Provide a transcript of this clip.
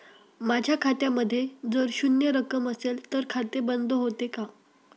माझ्या खात्यामध्ये जर शून्य रक्कम असेल तर खाते बंद होते का?